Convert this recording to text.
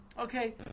Okay